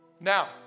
Now